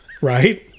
Right